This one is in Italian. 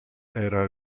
era